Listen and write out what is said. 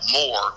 more